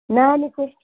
नानीको